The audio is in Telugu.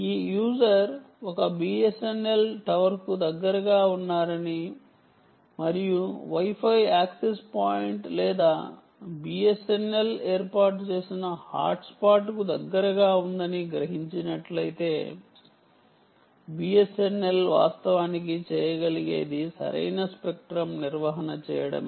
ఈ యూజర్ ఒక బిఎస్ఎన్ఎల్ టవర్ కు దగ్గరగా ఉన్నారని మరియు వై ఫై యాక్సెస్ పాయింట్ లేదా బిఎస్ఎన్ఎల్ ఏర్పాటు చేసిన హాట్స్పాట్కు దగ్గరగా ఉందని గ్రహించినట్లయితే బిఎస్ఎన్ఎల్ వాస్తవానికి చేయగలిగేది సరైన స్పెక్ట్రం నిర్వహణ చేయడమే